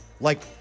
Like-